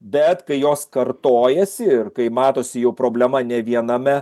bet kai jos kartojasi ir kai matosi jau problema ne viename